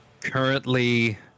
Currently